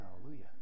Hallelujah